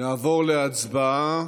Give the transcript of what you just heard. נעבור להצבעה.